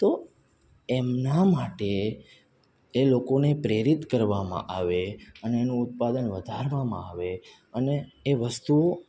તો એમના માટે એ લોકોને પ્રેરિત કરવામાં આવે અને એનું ઉત્પાદન વધારવામાં આવે અને એ વસ્તુઓ